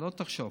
שלא תחשוב,